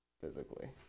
physically